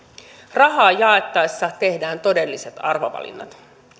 rahaa jaettaessa tehdään todelliset arvovalinnat